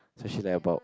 so she's like about